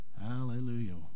Hallelujah